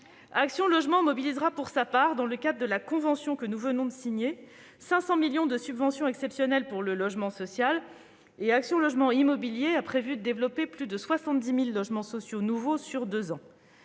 Action Logement mobilisera pour sa part, dans le cadre de la convention que nous venons de signer, 500 millions d'euros de subventions exceptionnelles pour le logement social et Action Logement Immobilier a prévu de développer plus de 70 000 logements sociaux nouveaux sur deux ans.